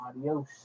Adios